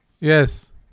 Yes